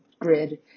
grid